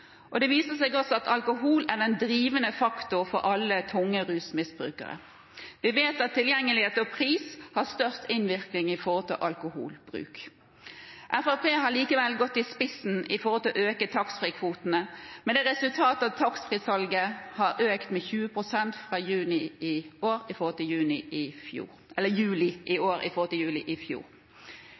Det viser seg også at alkohol er den drivende faktor for alle tunge rusmisbrukere. Vi vet at tilgjengelighet og pris har størst innvirkning med tanke på alkoholbruk. Fremskrittspartiet har likevel gått i spissen når det gjelder å øke taxfree-kvotene, med det resultat at taxfree-salget har økt med 20 pst. fra juli i år i forhold til juli i fjor.